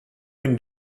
been